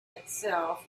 itself